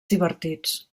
divertits